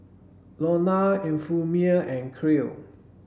Lorna Euphemia and Kael